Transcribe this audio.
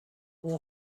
اون